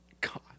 God